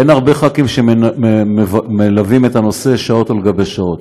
אין הרבה ח"כים שמלווים את הנושא שעות על שעות.